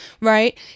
right